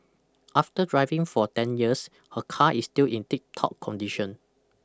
after driving for ten years her car is still in tiptop condition